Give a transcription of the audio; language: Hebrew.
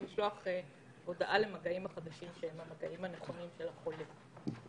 ולשלוח הודעות למגעים החדשים שהם המגעים הנכונים של החולים.